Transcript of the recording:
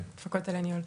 הפקולטה לניהול.